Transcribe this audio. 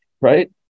right